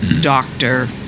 doctor